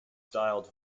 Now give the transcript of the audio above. styled